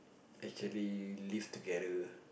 actually live together